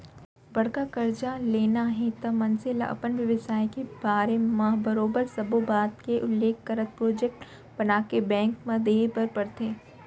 बड़का करजा लेना हे त मनसे ल अपन बेवसाय के बारे म बरोबर सब्बो बात के उल्लेख करत प्रोजेक्ट बनाके बेंक म देय बर परथे